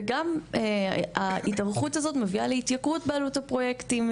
וגם ההתארכות הזאת מביאה להתייקרות בעלות הפרויקטים,